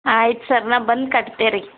ಆಯ್ತು ಸರ್ ನಾನು ಬಂದು ಕಟ್ತೇರಿ